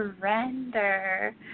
surrender